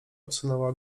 odsunęła